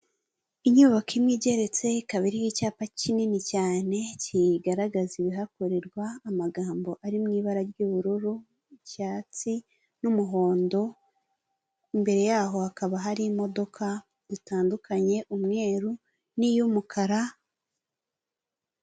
Inyubako imwe igeretse kabiri iriho icyapa kinini cyane kiyigaragaza ibihakorerwa amagambo ari mu ibara ry'ubururu icyatsi n'umuhondo imbere yaho hakaba hari imodoka zitandukanye umweru n'iy'umukara.